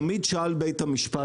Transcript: תמיד שאל אותנו בית המשפט,